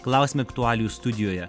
klausiam aktualijų studijoje